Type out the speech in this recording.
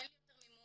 אין לי יותר מימון,